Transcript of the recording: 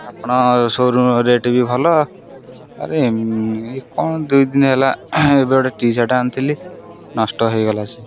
ଆପଣ showroom rate ବି ଭଲ ଆରେ ଇଏ କ'ଣ ଦୁଇ ଦିନ ହେଲା ଏବେ ଗୋଟେ ଟିସାର୍ଟ ଆଣିଥିଲି ନଷ୍ଟ ହେଇଗଲା ସେ